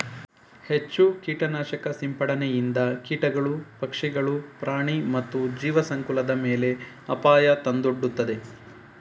ಹೆಚ್ಚು ಕೀಟನಾಶಕ ಸಿಂಪಡಣೆಯಿಂದ ಕೀಟಗಳು, ಪಕ್ಷಿಗಳು, ಪ್ರಾಣಿ ಮತ್ತು ಜೀವಸಂಕುಲದ ಮೇಲೆ ಅಪಾಯ ತಂದೊಡ್ಡುತ್ತದೆ